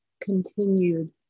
continued